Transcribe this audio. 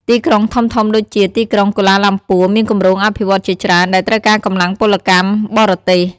ទីក្រុងធំៗដូចជាទីក្រុងគូឡាឡាំពួរ មានគម្រោងអភិវឌ្ឍន៍ជាច្រើន ដែលត្រូវការកម្លាំងពលកម្មបរទេស ។